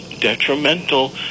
detrimental